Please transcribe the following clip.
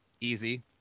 Easy